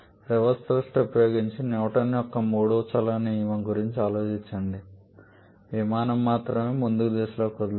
reverse thrust ఉపయోగించి Newton యొక్క మూడవ చలన నియమం గురించి ఆలోచించండి విమానం మాత్రమే ముందుకు దిశలో కదలగలదు